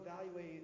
evaluate